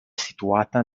situata